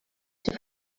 ser